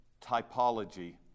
typology